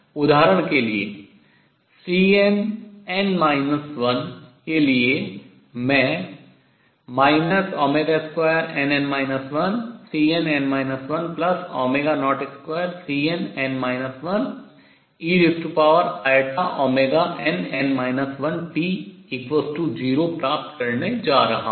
उदाहरण के लिए Cnn 1 के लिए मैं nn 12Cnn 102Cnn 1einn 1t0 प्राप्त करने जा रहा हूँ